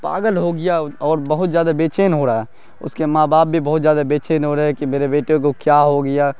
پاگل ہو گیا اور بہت زیادہ بےچین ہو رہا ہے اس کے ماں باپ بھی بہت زیادہ بےچین ہو رہے ہیں کہ میرے بیٹے کو کیا ہو گیا